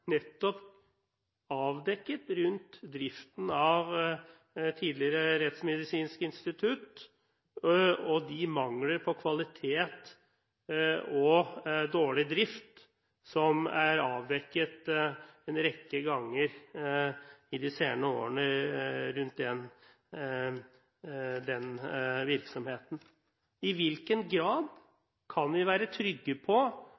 avdekket rundt driften av tidligere Rettsmedisinsk institutt, og de mangler på kvalitet og dårlig drift som er avdekket en rekke ganger i de senere årene rundt den virksomheten. I hvilken grad kan vi være trygge på